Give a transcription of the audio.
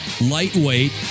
lightweight